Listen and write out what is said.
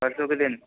परसों के दिन